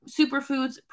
superfoods